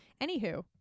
Anywho